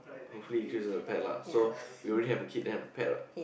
hopefully he choose a pet lah so we already have a kid then have a pet what